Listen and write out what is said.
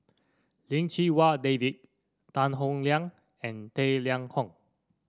Lim Chee Wai David Tan Howe Liang and Tang Liang Hong